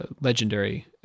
legendary